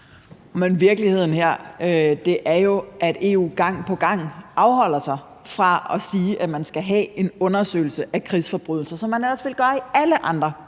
Men virkeligheden her er jo, at EU gang på gang afholder sig fra at sige, at man skal have en undersøgelse af krigsforbrydelser, hvilket man ellers ville gøre i alle andre